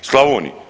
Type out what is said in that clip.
Slavoniji?